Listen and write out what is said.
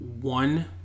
one